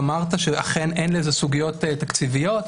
אמרת שאכן אין לזה סוגיות תקציביות,